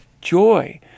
joy